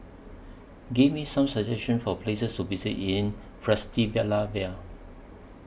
Give Me Some suggestions For Places to visit in Bratislava